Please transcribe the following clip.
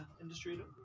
industry